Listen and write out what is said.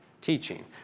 teaching